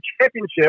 championship